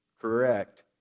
correct